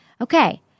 Okay